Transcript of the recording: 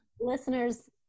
Listeners